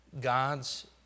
God's